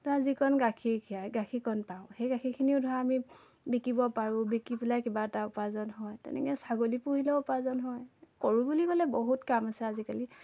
ধৰা যিকণ গাখীৰ খীৰাই গাখীৰকণ পাওঁ সেই গাখীৰখিনিও ধৰা আমি বিকিব পাৰোঁ বিক্ৰী পেলাই কিবা এটা উপাৰ্জন হয় তেনেকৈ ছাগলী পুহিলেও উপাৰ্জন হয় কৰোঁ বুলি ক'লে বহুত কাম আছে আজিকালি